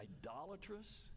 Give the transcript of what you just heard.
idolatrous